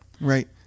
Right